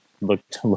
looked